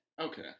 Okay